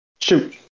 shoot